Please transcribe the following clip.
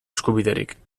eskubiderik